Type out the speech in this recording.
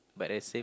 but that's same